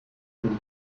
gun